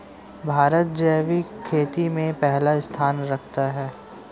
भारत जैविक खेती में पहला स्थान रखता है